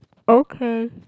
okay